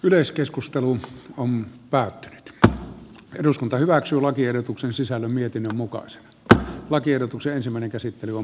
yleiskeskustelu on päättänyt eduskunta hyväksyi lakiehdotuksen sisällön mietinnön mukaiset ta lakiehdotus se pohjautuu vapaaehtoistoimintaan